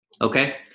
Okay